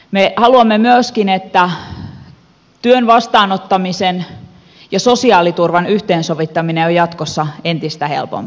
me haluamme myöskin että työn vastaanottaminen ja sosiaaliturvan yhteensovittaminen on jatkossa entistä helpompaa